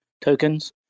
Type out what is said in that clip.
tokens